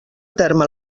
terme